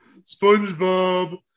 SpongeBob